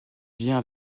vient